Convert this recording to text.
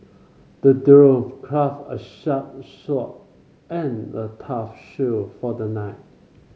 the dwarf crafted a sharp sword and a tough shield for the knight